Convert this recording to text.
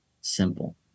simple